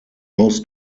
most